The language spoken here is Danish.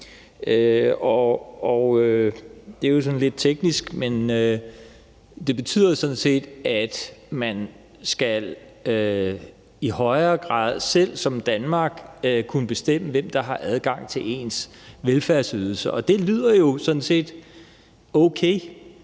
Det er sådan lidt teknisk, men det betyder sådan set, at Danmark i højere grad selv skal kunne bestemme, hvem der har adgang til dets velfærdsydelser. Og det lyder sådan set okay.